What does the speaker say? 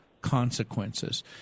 consequences